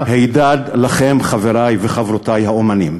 הידד לכם, חברי וחברותי האמנים.